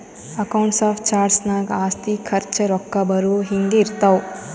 accounts of charts ನಾಗ್ ಆಸ್ತಿ, ಖರ್ಚ, ರೊಕ್ಕಾ ಬರವು, ಹಿಂಗೆ ಇರ್ತಾವ್